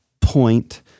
point